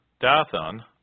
Dathan